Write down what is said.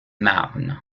marne